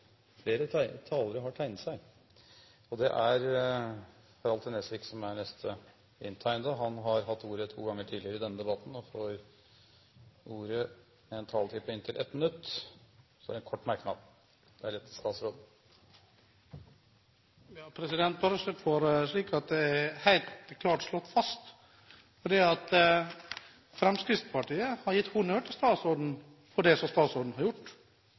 flere prosesser. Det er faktisk sånn at det er statsråden som nå bestemmer prosessen videre. Representanten Harald T. Nesvik har hatt ordet to ganger tidligere og får ordet til en kort merknad, begrenset til 1 minutt. Bare slik at det er helt klart slått fast: Fremskrittspartiet har gitt honnør til statsråden for det som statsråden har gjort.